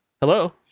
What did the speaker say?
Hello